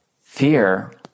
fear